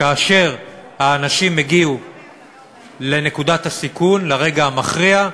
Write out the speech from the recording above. כאשר האנשים הגיעו לנקודת הסיכון, לרגע המכריע,